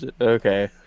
Okay